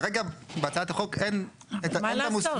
כרגע בהצעת החוק אין את המושג --- מה לעשות?